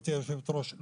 גברתי יושבת הראש,